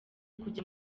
kujya